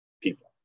people